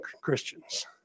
Christians